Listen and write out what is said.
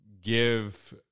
give